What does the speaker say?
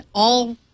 all-